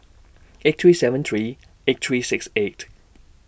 eight three seven three eight three six eight